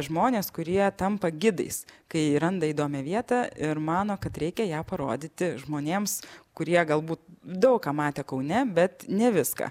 žmonės kurie tampa gidais kai randa įdomią vietą ir mano kad reikia ją parodyti žmonėms kurie galbūt daug ką matė kaune bet ne viską